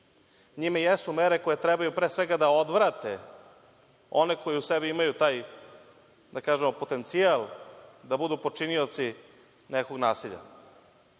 njima jesu mere koje trebaju pre svega da odvrate one koje u sebi imaju taj, da kažemo, potencijal da budu počinioci nekog nasilja,